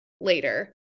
later